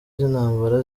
z’intambara